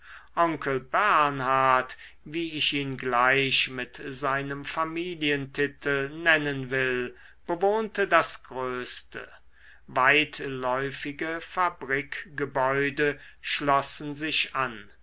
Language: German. onkel bernard wie ich ihn gleich mit seinem familientitel nennen will bewohnte das größte weitläufige fabrikgebäude schlossen sich an